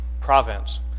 province